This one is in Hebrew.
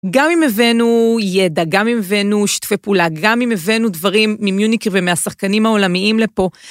גם אם הבאנו ידע, גם אם הבאנו שיתופי פעולה, גם אם הבאנו דברים ממיוניקר ומהשחקנים העולמיים לפה.